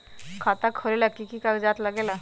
खाता खोलेला कि कि कागज़ात लगेला?